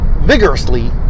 vigorously